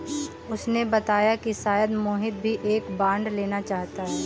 उसने बताया कि शायद मोहित भी एक बॉन्ड लेना चाहता है